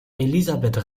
elisabeth